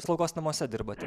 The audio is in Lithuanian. slaugos namuose dirbat